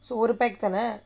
மூணு:moonu pack தானே:thaanae